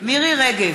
מירי רגב,